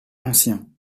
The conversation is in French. anciens